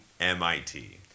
MIT